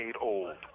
old